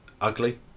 ugly